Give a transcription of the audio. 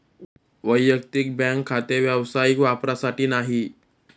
वैयक्तिक बँक खाते व्यावसायिक वापरासाठी नाही